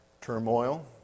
turmoil